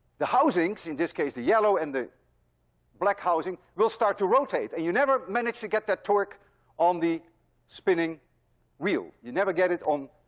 the housings in this case, the yellow and the black housing will start to rotate, and you never managed to get that torque on the spinning wheel. you never get it on.